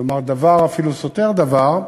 כלומר, דבר אפילו סותר דבר,